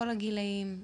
כל הגילאים,